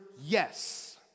yes